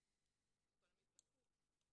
עם כל המגבלות.